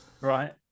Right